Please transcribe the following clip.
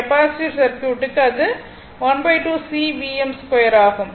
capacitive சர்க்யூட்டுக்கு அது ½ C Vm 2 ஆகும்